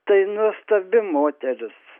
tai nuostabi moteris